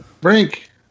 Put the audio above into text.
Brink